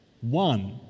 One